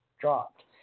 dropped